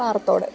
Parathodu